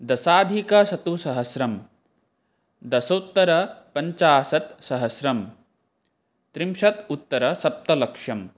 दशाधिकशतसहस्त्रं दशोत्तरपञ्चाशत्सहस्त्रं त्रिंशदुत्तरसप्तलक्षम्